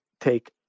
take